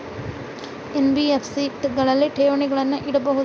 NBFC ಗಳಲ್ಲಿ ಠೇವಣಿಗಳನ್ನು ಇಡಬಹುದೇನ್ರಿ?